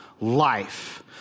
life